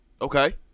Okay